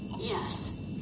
Yes